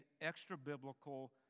extra-biblical